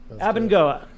Abengoa